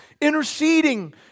interceding